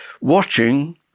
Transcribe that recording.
watching